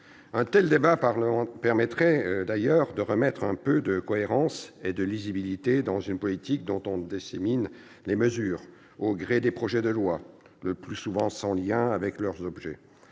Un tel débat permettrait d'ailleurs de remettre un peu de cohérence et de lisibilité dans une politique dont on dissémine les mesures au gré des projets de loi, le plus souvent sans lien avec leur objet